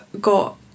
got